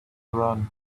run